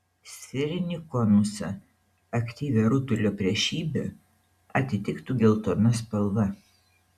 sferinį konusą aktyvią rutulio priešybę atitiktų geltona spalva